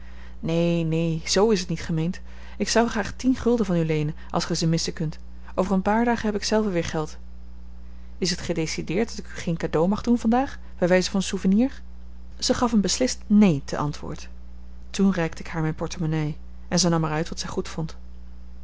neen neen z is t niet gemeend ik zou graag tien gulden van u leenen als gij ze missen kunt over een paar dagen heb ik zelve weer geld is t gedecideerd dat ik u geen cadeau mag doen vandaag bij wijze van souvenir zij gaf een beslist neen ten antwoord toen reikte ik haar mijn portemonnaie en zij nam er uit wat zij goedvond